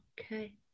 okay